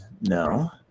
no